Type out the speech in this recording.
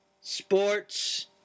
sports